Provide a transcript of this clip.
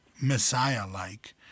messiah-like